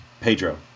Pedro